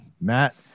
Matt